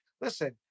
listen